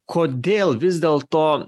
kodėl vis dėl to